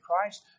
Christ